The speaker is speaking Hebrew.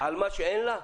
על מה שאין לה?